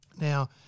Now